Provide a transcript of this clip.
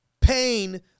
pain